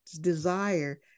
desire